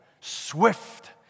Swift